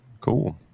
cool